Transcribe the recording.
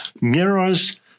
mirrors